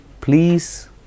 please